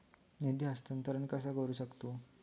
निधी हस्तांतर कसा करू शकतू?